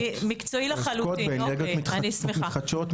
--- העוסקות באנרגיות מתחדשות,